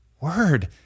Word